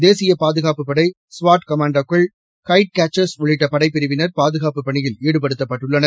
தேசிய பாதுகாப்புப் படை ஸ்வாட் கமாண்டோக்கள் கைட் கேச்சர்ஸ் உள்ளிட்ட படைப்பிரிவினர் பாதுகாப்புப் பணியில் ஈடுபடுத்தப்பட்டுள்ளனர்